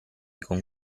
con